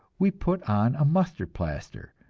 we put on a mustard plaster,